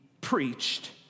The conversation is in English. preached